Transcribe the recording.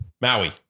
maui